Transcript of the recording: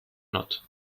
not